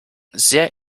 sehr